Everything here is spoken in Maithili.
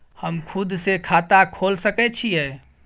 हम खुद से खाता खोल सके छीयै?